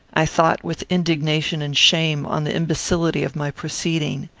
i thought with indignation and shame on the imbecility of my proceeding.